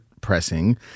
pressing